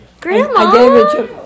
grandma